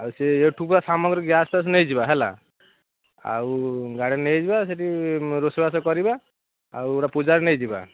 ଆଉ ସେ ଏଠୁ କା ସାମଗ୍ରୀ ଗ୍ୟାସ୍ ଫ୍ୟାସ୍ ନେଇଯିବା ହେଲା ଆଉ ଗାଡ଼ିରେ ନେଇଯିବା ସେଠି ରୋଷେଇ ବାସ କରିବା ଆଉ ଗୋଟିଏ ପୂଜାରୀ ନେଇଯିବା